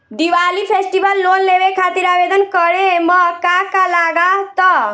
Diwali festival loan लेवे खातिर आवेदन करे म का का लगा तऽ?